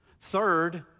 Third